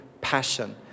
passion